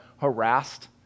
harassed